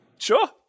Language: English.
Sure